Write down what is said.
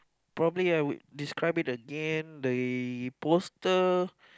probably I would describe it again the uh poster